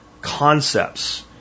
concepts